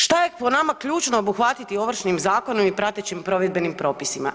Šta je po nama ključno obuhvatiti Ovršnim zakonom i pratećim provedbenim propisima?